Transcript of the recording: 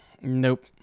Nope